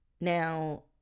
Now